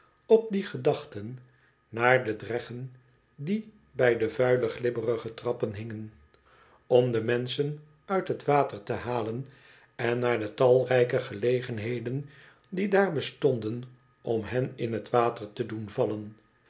op die gedachten naar de dreggen die bij de vuile glibberige trappen hingen om de menschen uit het water te halen en naar de talrijke gelegenheden die daar bestonden om hen in het water te doen vallen